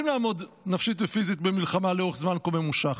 לעמוד נפשית ופיזית במלחמה לאורך זמן כה ממושך.